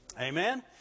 Amen